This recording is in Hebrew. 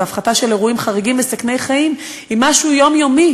הפחתה של אירועים חריגים מסכני חיים היא משהו יומיומי